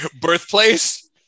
birthplace